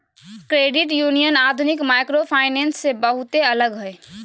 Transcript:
credit union आधुनिक microfinance से बहुते अलग हय